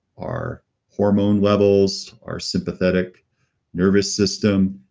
our hormone levels, our sympathetic nervous system.